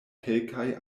kelkaj